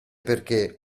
perché